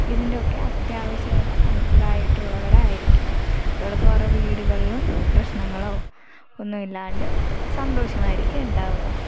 ഇതിൻ്റെയൊക്കെ അത്യാവശ്യകത മനസ്സിലായിട്ടുള്ളവരായിരിക്കും അതോടൊപ്പം അവരുടെ വീടുകളിലും പ്രശ്നങ്ങളോ ഇല്ലാതെ സന്തോഷം ആയിരിക്കും ഉണ്ടാവുക